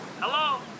Hello